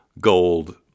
gold